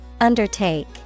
Undertake